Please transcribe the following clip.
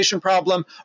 problem